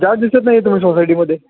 जास दिसत नाही आहे तुम्ही सोसायटीमध्ये